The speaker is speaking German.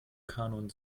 kanon